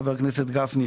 חבר הכנסת גפני,